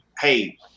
hey